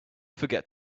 forget